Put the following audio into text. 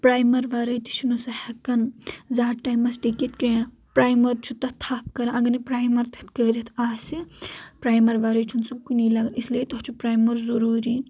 primer ورٲے تہِ چھُ نہٕ سُہ ہیٚکان زیادٕ ٹایمس ٹِکتھ کینٛہہ پرایمر چھُ تتھ تھپھ کران اگر نے پرایمر تتھ کٔرِتھ آسہِ پرایمر ورٲے چھُنہٕ سُہ کُنی لگن اس لیے تتھ چھُ پرایمر ضروٗری